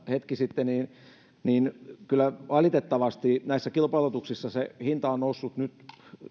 hetki sitten puhuttiin hinnasta niin kyllä valitettavasti näissä kilpailutuksissa se hinta on nyt noussut